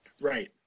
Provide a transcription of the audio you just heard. Right